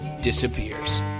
disappears